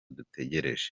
dutegereje